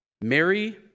Mary